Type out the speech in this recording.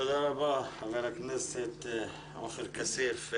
תודה רבה חבר הכנסת עופר כסיף.